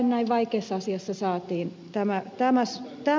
näin vaikeassa asiassa saatiin tämä sopu